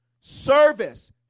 service